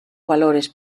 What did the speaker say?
valores